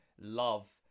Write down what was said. love